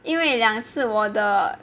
因为两次我的